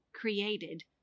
created